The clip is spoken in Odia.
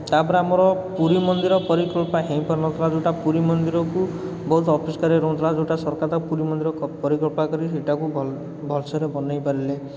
ତା'ପରେ ଆମର ପୁରୀ ମନ୍ଦିର ପରିକୃପା ହେଇପାରୁନଥିଲା ଯେଉଁଟା ପୁରୀ ମନ୍ଦିରକୁ ବହୁତ ଅପରିଷ୍କାର ରହୁଥିଲା ଯେଉଁଟା ସରକାର ତାକୁ ପୁରୀ ମନ୍ଦିର ପରିକୃପା କରି ସେଇଟାକୁ ଭଲସେରେ ବନେଇ ପାରିଲେ